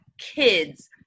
kids